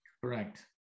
Correct